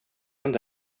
inte